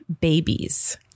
babies